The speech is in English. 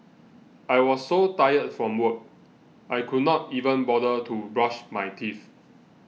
I was so tired from work I could not even bother to brush my teeth